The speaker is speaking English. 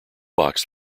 box